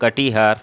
Katihar